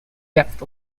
depth